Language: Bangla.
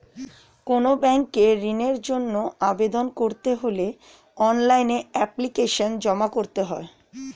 কোনো ব্যাংকে ঋণের জন্য আবেদন করতে হলে অনলাইনে এপ্লিকেশন জমা করতে হয়